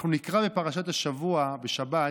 אנחנו נקרא בפרשת השבוע בשבת: